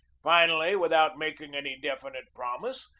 finally, with out making any definite promise,